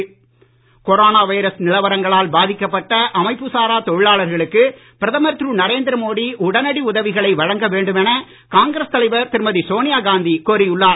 corona Sonia corona virus நிலவரங்களால் பாதிக்கப்பட்ட அமைப்பு சாரா தொழிலாளர்களுக்கு பிரதமர் திரு நரேந்திர மோடி உடனடி உதவிகளை வழங்க வேண்டும் என காங்கிரஸ் தலைவர் திருமதி சோனியாகாந்தி கோரி உள்ளார்